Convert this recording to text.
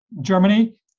Germany